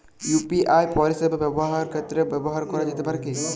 UPI পরিষেবা ব্যবসার ক্ষেত্রে ব্যবহার করা যেতে পারে কি?